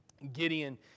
Gideon